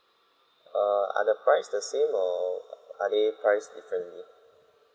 err are the price the same or are they price differently